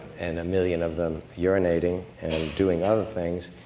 and a million of them urinating and doing other things,